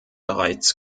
bereits